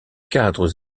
cadres